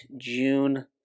June